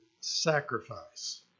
sacrifice